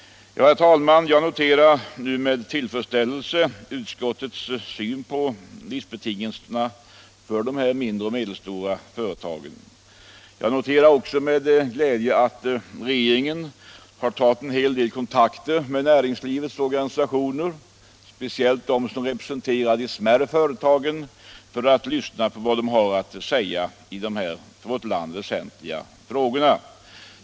Herr talman! Jag noterar nu med tillfredsställelse utskottets syn på livsbetingelserna för de mindre och medelstora företagen. Jag noterar också med glädje att regeringen har tagit en hel del kontakter med näringslivets organisationer, speciellt med dem som representerar de mindre företagen, för att lyssna på vad de har att säga i dessa för vårt land väsentliga frågor.